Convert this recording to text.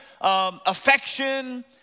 affection